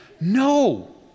no